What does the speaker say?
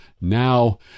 now